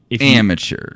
Amateur